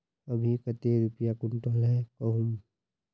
अभी कते रुपया कुंटल है गहुम?